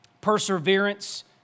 perseverance